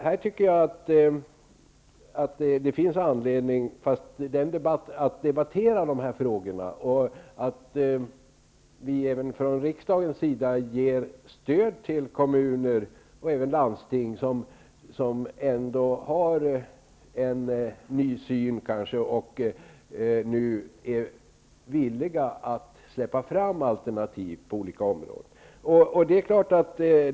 Jag tycker att det finns anledning att debattera dessa frågor och att ge stöd från riksdagens sida till kommuner och även landsting, som nu ändå har en ny syn och är villiga att släppa fram alternativ på olika områden.